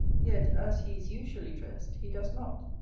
yet as he is usually dressed, he does not.